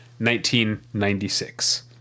1996